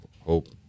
hope